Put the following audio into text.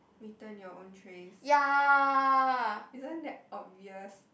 return your own trays isn't that obvious